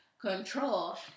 control